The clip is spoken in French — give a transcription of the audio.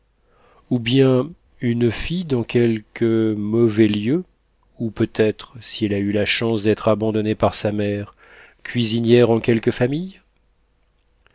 ou bien une fille dans quelque mauvais lieu ou peut-être si elle a eu la chance d'être abandonnée par sa mère cuisinière en quelque famille